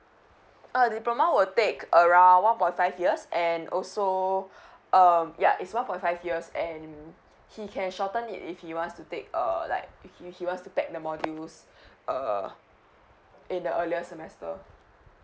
uh diploma will take around one point five years and also um ya it's one point five years and he can shorten it if he wants to take err like if he if he wants to pack the modules err in the earlier semester